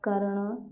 କାରଣ